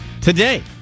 today